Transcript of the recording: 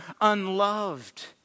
Unloved